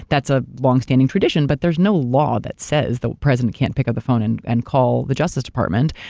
that's a long standing tradition but there's no law that says that the president can't pick up the phone and and call the justice department.